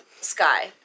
sky